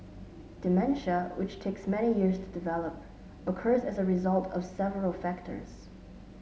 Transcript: dementia which takes many years to develop occurs as a result of several factors